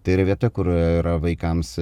tai yra vieta kur yra vaikams